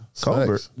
Colbert